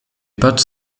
pattes